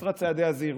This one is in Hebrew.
אקסטרה צעדי הזהירות.